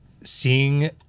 seeing